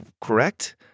correct